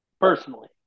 personally